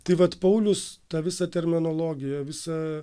tai vat paulius tą visą terminologiją visą